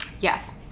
Yes